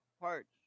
parts